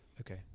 Okay